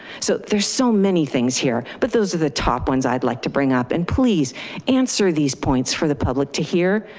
so there's so many things here, but those are the top ones i'd like to bring up and please answer these points for the public to hear.